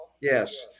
Yes